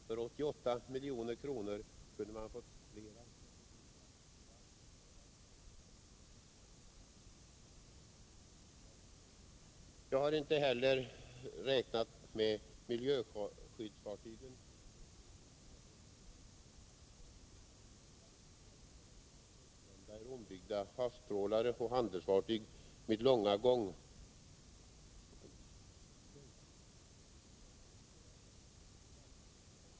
För 88 milj.kr. kunde man ha fått flera effektiva och användbara bevakningsfartyg. Men det är kanske fel att gråta över spilld mjölk. Jag har heller inte räknat med miljöskyddsfartygen Tv 01, Tv 02, Tv 03 och Tv 04, av vilka de tre förstnämnda är ombyggda havstrålare och handelsfartyg med långa gångtidsresurser och som kan utgöra ett bevakningskomplement i den svenska fiskezonen.